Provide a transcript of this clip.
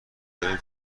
داریم